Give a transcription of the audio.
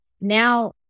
now